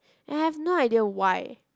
and I have no idea why